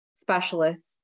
specialists